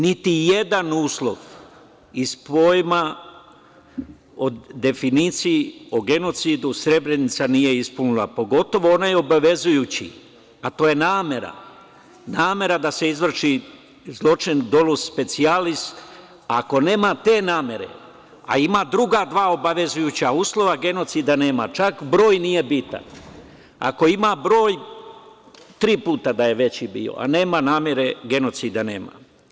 Niti jedan uslov iz pojma o definiciji o genocidu Srebrenica nije ispunila, pogotovo onaj obavezujući, a to je namera da se izvrši zločin - dolus specijalis, a ako nema te namere, a ima druga dva obavezujuća uslova, genocida nema, čak broj nije bitan, ako ima broj, tri puta da je veći bio, a nema namere, genocida nema.